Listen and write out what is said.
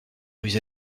rues